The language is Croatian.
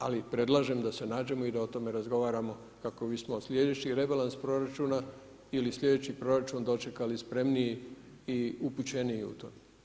Ali predlažem da se nađemo i da o tome razgovaramo kako bismo sljedeći rebalans proračuna ili sljedeći proračun dočekali spremniji i upućeniji u to.